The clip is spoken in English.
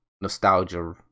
nostalgia